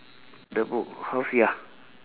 the book house ya